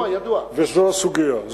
וזו הסוגיה.